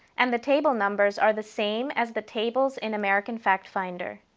and the table numbers are the same as the tables in american factfinder.